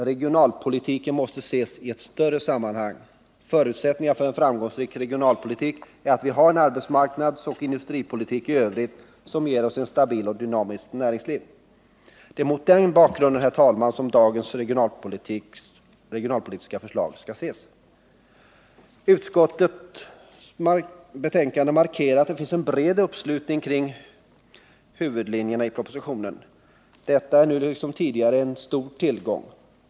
Regionalpolitiken måste ses i ett större sammanhang. En förutsättning för en framgångsrik regionalpolitik är att vi har en arbetsmarknadsoch industripolitik i övrigt som ger oss ett stabilt och dynamiskt näringsliv. Det är mot den bakgrunden, herr talman, som dagens regionalpolitiska förslag skall ses. Utskottets betänkande markerar att det finns en bred uppslutning kring huvudlinjerna i propositionen. Detta är nu liksom tidigare en stor tillgång.